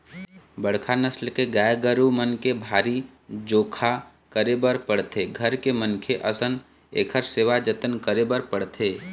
बड़का नसल के गाय गरू मन के भारी जोखा करे बर पड़थे, घर के मनखे असन इखर सेवा जतन करे बर पड़थे